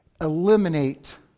Eliminate